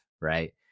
right